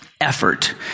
effort